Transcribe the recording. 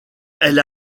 elle